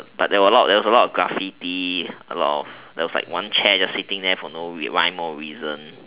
but there were a lot of was a lot of graffiti a lot of there was one chair just sitting there for no way why no reason